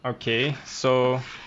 okay so